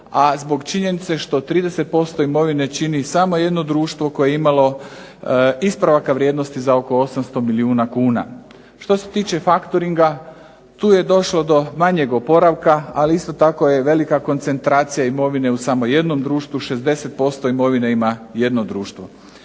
a zbog činjenice što 30% imovine čini samo jedno društvo koje je imalo ispravaka vrijednosti za oko 800 milijuna kuna. Što se tiče fakturinga, tu je došlo do manjeg oporavka, ali isto tako je velika koncentracija imovine u samo jednom društvu, 60% imovine ima jedno društvo.